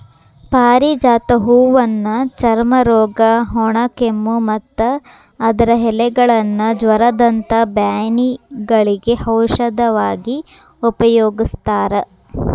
ಪಾರಿಜಾತ ಹೂವನ್ನ ಚರ್ಮರೋಗ, ಒಣಕೆಮ್ಮು, ಮತ್ತ ಅದರ ಎಲೆಗಳನ್ನ ಜ್ವರದಂತ ಬ್ಯಾನಿಗಳಿಗೆ ಔಷಧವಾಗಿ ಉಪಯೋಗಸ್ತಾರ